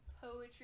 poetry